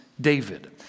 David